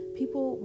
people